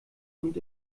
und